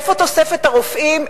איפה תוספת הרופאים?